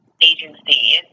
agency